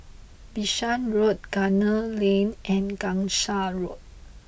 Bishan Road Gunner Lane and Gangsa Road